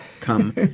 come